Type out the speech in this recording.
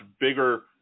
bigger